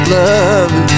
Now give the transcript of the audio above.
love